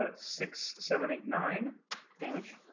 ah six seven eight nine damage